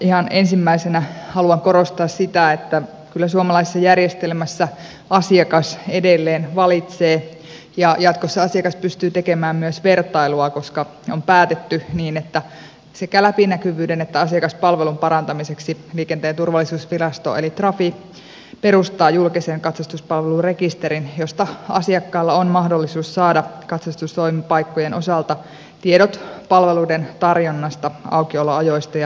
ihan ensimmäisenä haluan korostaa sitä että kyllä suomalaisessa järjestelmässä asiakas edelleen valitsee ja jatkossa asiakas pystyy tekemään myös vertailua koska on päätetty niin että sekä läpinäkyvyyden että asiakaspalvelun parantamiseksi liikenteen turvallisuusvirasto eli trafi perustaa julkisen katsastuspalvelurekisterin josta asiakkaalla on mahdollisuus saada katsastustoimipaikkojen osalta tiedot palveluiden tarjonnasta aukioloajoista ja hinnoista